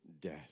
death